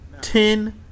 ten